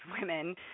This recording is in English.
women